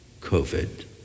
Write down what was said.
COVID